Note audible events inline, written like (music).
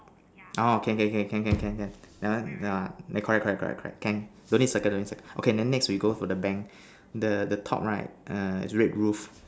orh can can can can can can can (noise) correct correct correct correct can don't need circle don't need circle okay then next we go for the bank the the top right err is red roof